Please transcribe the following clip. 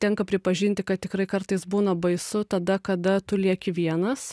tenka pripažinti kad tikrai kartais būna baisu tada kada tu lieki vienas